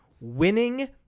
winning